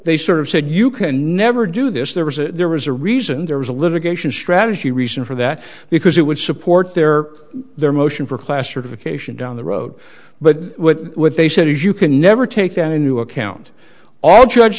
they sort of said you can never do this there was a there was a reason there was a litigation strategy reason for that because it would support their their motion for classification down the road but what they said is you can never take that into account all judge